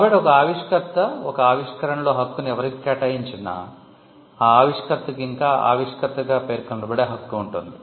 కాబట్టి ఒక ఆవిష్కర్త ఒక ఆవిష్కరణలో హక్కును ఎవరికి కేటాయించినా ఆ ఆవిష్కర్తకు ఇంకా ఆవిష్కర్తగా పేర్కొనబడే హక్కు ఉంటుంది